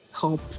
help